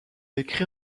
écrit